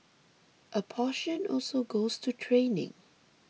a portion also goes to training